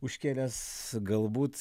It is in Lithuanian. užkėlęs galbūt